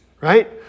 right